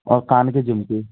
और कान के झुमके